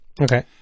Okay